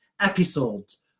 episodes